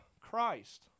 Christ